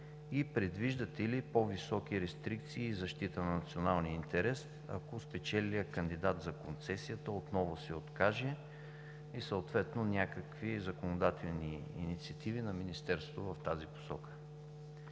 Предвиждате ли по-високи рестрикции и защита на националния интерес, ако спечелилият кандидат за концесията отново се откаже и съответно някакви законодателни инициативи на Министерството в тази посока?